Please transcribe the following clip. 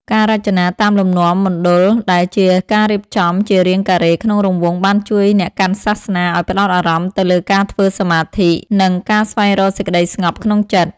ការរចនាតាមលំនាំមណ្ឌលដែលជាការរៀបចំជារាងការ៉េក្នុងរង្វង់បានជួយអ្នកកាន់សាសនាឲ្យផ្តោតអារម្មណ៍ទៅលើការធ្វើសមាធិនិងការស្វែងរកសេចក្តីស្ងប់ក្នុងចិត្ត។